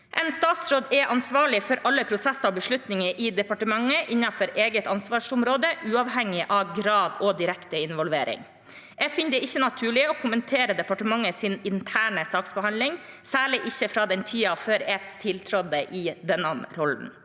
En statsråd er ansvarlig for alle prosesser og beslutninger i departementet innenfor eget ansvarsområde, uavhengig av grad og direkte involvering. Jeg finner det ikke naturlig å kommentere departementets interne saksbehandling, særlig ikke fra tiden før jeg tiltrådte i denne rollen.